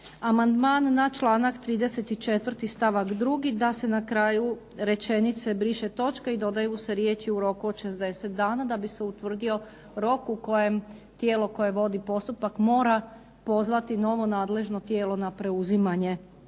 Amandman na članak 34. stavak 2. da se na kraju rečenice briše točka i dodaju se riječi u roku od 60 dana da bi se utvrdio rok u kojem tijelo koje vodi postupak mora pozvati novo nadležno tijelo na preuzimanje